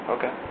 Okay